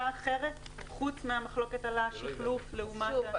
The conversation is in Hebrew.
אחרת חוץ מהמחלוקת על השיחלוף לעומת ה --- שוב,